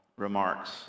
remarks